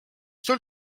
sul